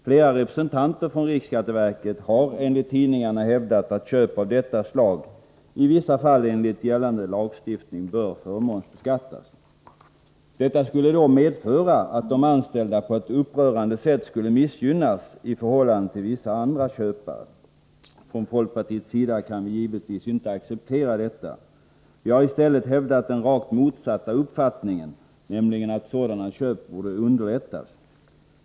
Flera representanter från riksskatteverket har enligt tidningarna hävdat att köp av detta slag enligt gällande lagstiftning i vissa fall bör förmånsbeskattas. Detta skulle då medföra att de anställda på ett upprörande sätt skulle missgynnas i förhållande till vissa andra köpare. Från folkpartiets sida kan vi givetvis inte acceptera detta. Vi har i stället hävdat den rakt motsatta uppfattningen, nämligen att sådana köp borde underlättas.